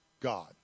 God